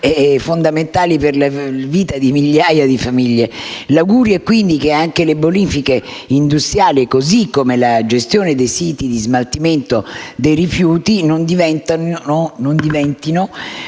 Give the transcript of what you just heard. fondamentali per la vita di migliaia di famiglie. L'augurio, quindi, è che anche le bonifiche industriali, così come la gestione dei siti di smaltimento dei rifiuti, non diventino